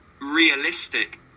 realistic